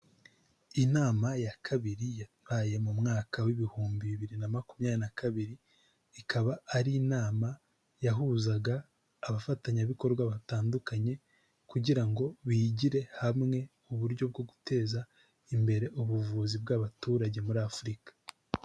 Inama ya kabiri yabaye mu mwaka w'ibihumbi bibiri na makumyabiri na kabiri, ikaba ari inama yahuzaga abafatanyabikorwa batandukanye kugira ngo bigire hamwe uburyo bwo guteza imbere ubuvuzi bw'abaturage muri Afurika.